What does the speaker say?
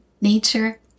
nature